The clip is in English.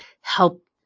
help